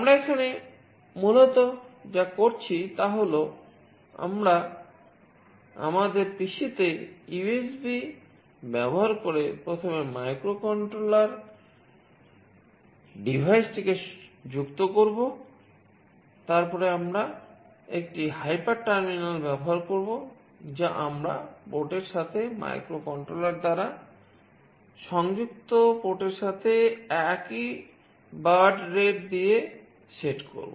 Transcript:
আমরা এখানে মূলতঃ যা করছি তা হল আমরা আমাদের পিসি দ্বারা সংযুক্ত পোর্টের সাথে একই বাড রেট দিয়ে সেট করব